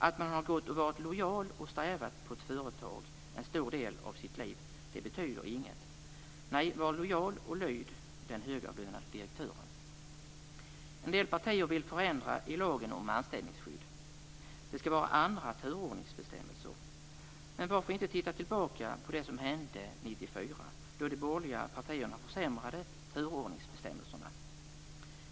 Att man har gått och varit lojal och strävat på ett företag en stor del av sitt liv betyder inget. Nej, var lojal och lyd den högavlönade direktören. En del partier vill förändra i lagen om anställningsskydd och att det skall vara andra turordningsbestämmelser. Men varför inte titta tillbaka på det som hände 1994, då de borgerliga partierna försämrade turordningsbestämmelserna.